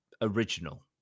original